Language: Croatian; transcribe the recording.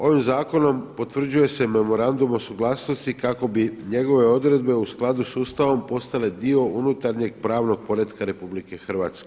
Ovim zakonom potvrđuje se memorandum o suglasnosti kako bi njegove odredbe u skladu s Ustavom postale dio unutarnjeg pravnog poretka RH.